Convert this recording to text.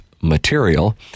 material